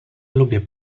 lubię